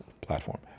platform